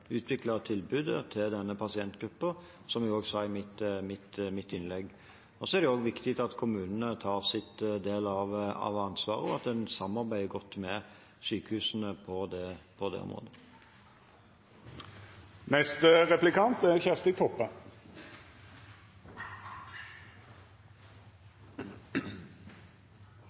utvikle tilbudet til denne pasientgruppen, som jeg også sa i mitt innlegg. Så er det også viktig at kommunene tar sin del av ansvaret, og at en samarbeider godt med sykehusene på det området. Det ser ut som det ikkje er